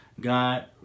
God